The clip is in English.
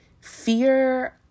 fear